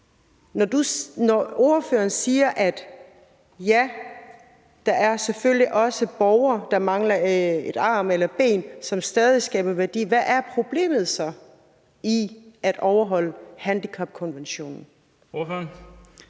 Når ordføreren siger, at der selvfølgelig også er borgere, der mangler en arm eller et ben, som stadig skaber værdi, hvad er problemet så i at overholde handicapkonventionen?